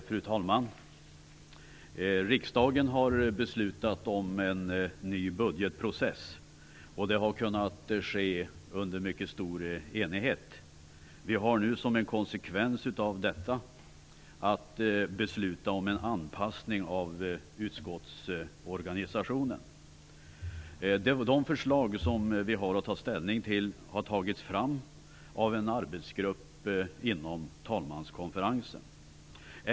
Fru talman! Riksdagen har beslutat om en ny budgetprocess, vilket har kunnat ske under mycket stor enighet. Vi har nu, som en konsekvens av detta, att besluta om en anpassning av utskottsorganisationen. De förslag som vi har att ta ställning till har tagits fram av en arbetsgrupp inom talmanskonferensen.